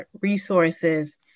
resources